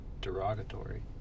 derogatory